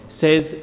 says